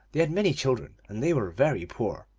they had many children, and they were very poor.